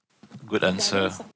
good answer